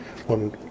one